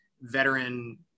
veteran